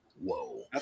whoa